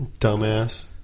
Dumbass